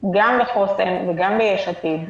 גם בחוסן וגם ביש עתיד,